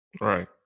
right